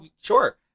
Sure